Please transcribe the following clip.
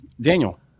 Daniel